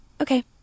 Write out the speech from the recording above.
Okay